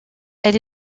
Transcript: elle